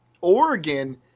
Oregon